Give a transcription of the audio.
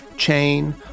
Chain